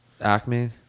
acme